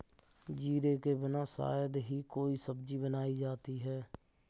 जीरे के बिना शायद ही कोई सब्जी बनाई जाती है